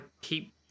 keep